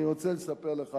אני רוצה לספר לך,